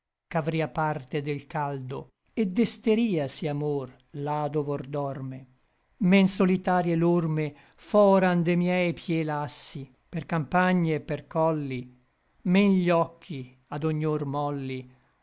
fugge ch'avria parte del caldo et desteriasi amor là dov'or dorme men solitarie l'orme fran de miei pie lassi per campagne et per colli men gli occhi ad ognor molli